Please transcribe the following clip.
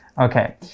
Okay